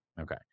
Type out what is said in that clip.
Okay